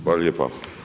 Hvala lijepa.